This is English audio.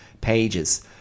pages